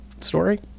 story